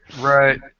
Right